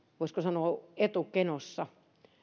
voisiko sanoa etukenossa